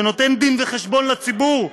שנותן דין וחשבון לציבור,